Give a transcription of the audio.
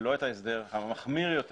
ולא את ההסדר המחמיר יותר,